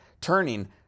turning